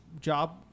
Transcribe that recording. job